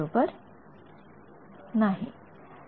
विद्यार्थी खरेतर हे होते